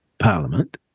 Parliament